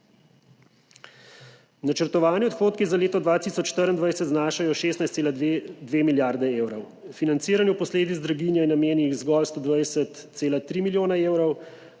Načrtovani odhodki za leto 2024 znašajo 16,2 milijarde evrov, financiranju posledic draginje namenjenih zgolj 120,3 milijona evrov,